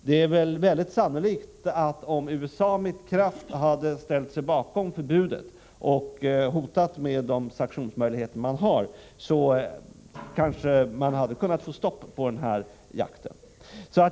Det är väl mycket sannolikt att man, om USA med kraft hade ställt sig bakom förbudet och hotat med de sanktionsmöjligheter som finns, hade kunnat få stopp på den här jakten.